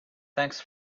thanks